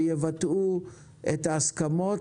שיבטאו את ההסכמות.